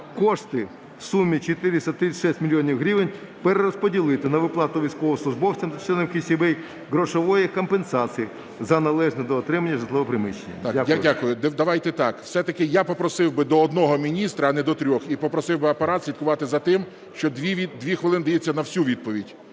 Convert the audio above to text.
кошти в сумі 436 мільйонів гривень перерозподілити на виплату військовослужбовцям та членам їх сімей грошової компенсації за належне доотримання житлового приміщення. Дякую. ГОЛОВУЮЧИЙ. Я дякую. Давайте так, я попросив би до одного міністра, а не до трьох. І попросив би Апарат слідкувати за тим, що дві хвилини дається на всю відповідь,